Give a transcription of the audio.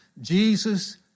Jesus